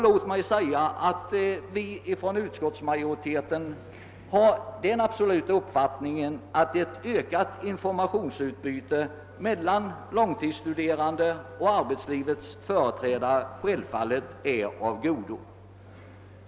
Låt mig säga att vi från utskottsmajoriteten har den absoluta uppfattningen att ett ökat informationsutbyte mellan långtidsstuderande och arbetslivets företrädare självfallet är av godo.